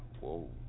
Whoa